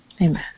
Amen